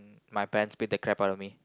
my parents beat the crap out of me